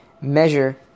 measure